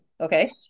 okay